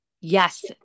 Yes